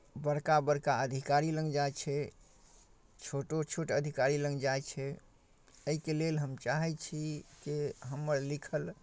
बड़का बड़का अधिकारी लग जाइ छै छोटो छोट अधिकारी लग जाइ छै एहिके लेल हम चाहै छी जे हमर लिखल